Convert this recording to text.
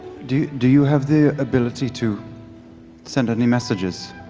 do do you have the ability to send any messages?